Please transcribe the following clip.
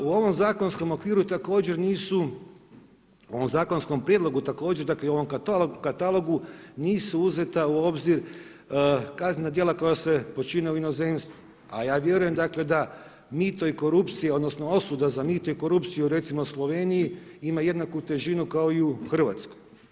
U ovom zakonskom okviru također nisu u ovom zakonskom prijedlogu također dakle i u ovom katalogu nisu uzeta u obzir kaznena djela koja se počine u inozemstvu, a ja vjerujem da mito i korupcija odnosno osuda za mito i korupciju recimo u Sloveniji ima jednaku težinu kao i u Hrvatskoj.